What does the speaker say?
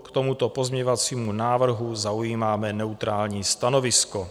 K tomuto pozměňovacímu návrhu zaujímáme neutrální stanovisko.